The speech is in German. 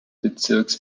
bezirks